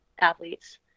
athletes